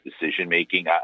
decision-making